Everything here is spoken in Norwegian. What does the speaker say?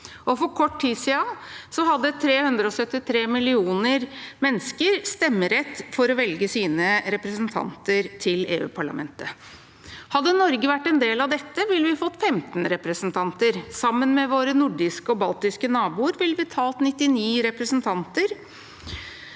for kort tid siden hadde 373 millioner mennesker stemmerett til å velge sine representanter til Europaparlamentet. Hadde Norge vært en del av dette, ville vi fått 15 representanter. Sammen med våre nordiske og baltiske naboer ville vi talt 99 representanter,